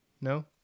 No